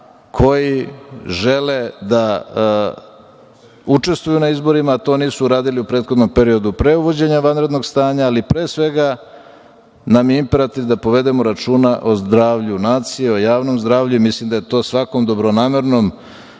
koji žele da učestvuju na izborima, a to nisu uradili u prethodnom periodu, pre uvođenja vanrednog stanja, ali pre svega nam je imperativ da povedemo računa o zdravlju nacije, o javnom zdravlju i mislim da je to svakom dobronamernom